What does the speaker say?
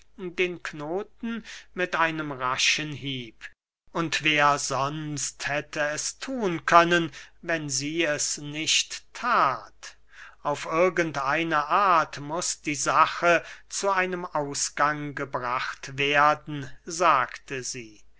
den knoten mit einem raschen hieb und wer sonst hätte es thun können wenn sie es nicht that auf irgend eine art muß die sache zu einem ausgang gebracht werden sagte sie